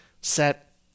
set